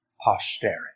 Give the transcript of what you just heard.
posterity